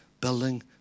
building